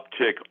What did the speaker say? uptick